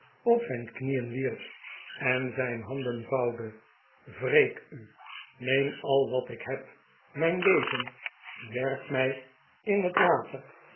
op zijn knieen wierp en zijn handen vouwde wreek u neem al wat ik heb mijn leven werp mij in net water